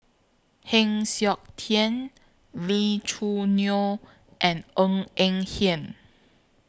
Heng Siok Tian Lee Choo Neo and Ng Eng Hen